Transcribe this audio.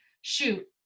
shoot